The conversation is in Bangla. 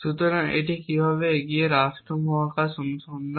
সুতরাং এটা কিভাবে এগিয়ে রাষ্ট্র মহাকাশ অনুসন্ধান